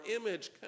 image